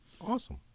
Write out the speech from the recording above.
Awesome